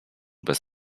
bez